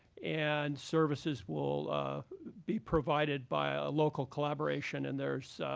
and services will be provided by a local collaboration. and there's